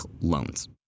loans